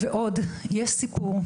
עירק ועוד יש סיפור,